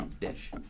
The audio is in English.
dish